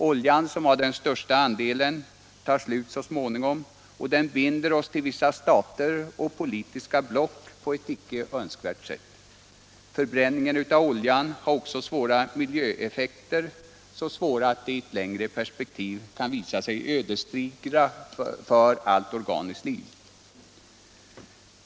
Oljan, som har den största andelen, tar slut så småningom och den binder oss till vissa stater och politiska block på ett icke önskvärt sätt. Förbränning av oljan har också svåra miljöeffekter, så svåra att de i ett längre perspektiv kan visa sig ödesdigra för allt organiskt liv.